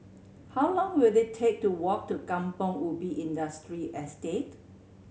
how long will it take to walk to Kampong Ubi Industrial Estate